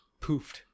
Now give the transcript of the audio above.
poofed